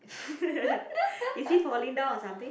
is he falling down or something